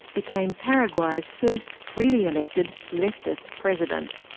became paraguay's first freely-elected leftist president.